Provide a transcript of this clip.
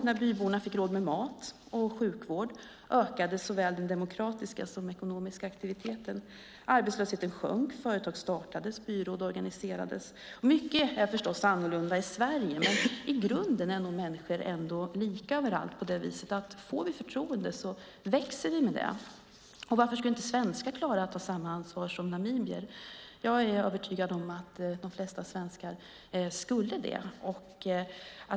När människorna fick råd med mat och sjukvård ökade såväl den demokratiska aktiviteten som den ekonomiska aktiviteten. Arbetslösheten sjönk, företag startades och byråd organiserades. Mycket är förstås annorlunda i Sverige. Men i grunden är nog människor lika överallt. Får vi förtroende växer vi med det. Varför skulle inte svenskar klara att ta samma ansvar som namibier? Jag är övertygad om att de flesta svenskar skulle det.